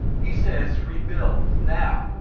he says rebuild now.